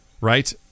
right